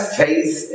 faith